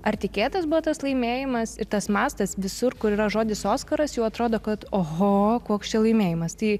ar tikėtas buvo tas laimėjimas ir tas mastas visur kur yra žodis oskaras jau atrodo kad oho koks čia laimėjimas tai